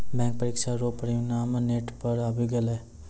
bank परीक्षा रो परिणाम नेट पर आवी गेलै